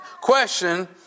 question